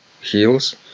heels